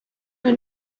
vaid